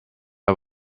pas